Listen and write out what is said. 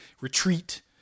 retreat